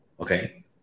Okay